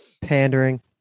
pandering